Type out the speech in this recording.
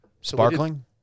sparkling